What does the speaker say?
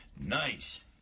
Nice